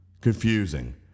Confusing